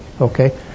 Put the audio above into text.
okay